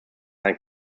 ein